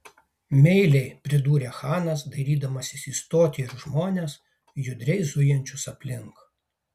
meiliai pridūrė chanas dairydamasis į stotį ir žmones judriai zujančius aplink